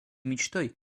мечтой